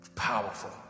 powerful